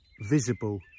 visible